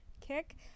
kick